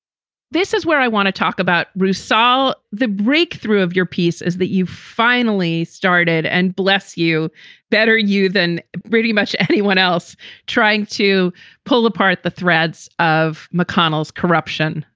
this is where i want to talk about roussell. the breakthrough of your piece is that you've finally started and bless you better you than pretty much anyone else trying to pull apart the threads of mcconnell's corruption,